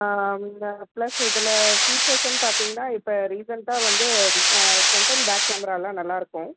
நான் ப்ளஸ் இதில் ஃப்யூச்சர்ஸுன்னு பார்த்திங்கனா இப்போ ரீசெண்டாக வந்து ஃப்ரண்ட் அண்ட் பேக் கேமராவெலாம் நல்லா இருக்கும்